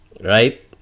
right